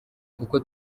kuko